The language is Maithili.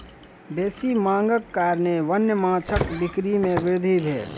बेसी मांगक कारणेँ वन्य माँछक बिक्री में वृद्धि भेल